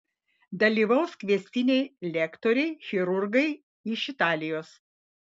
dalyvaus kviestiniai lektoriai chirurgai iš italijos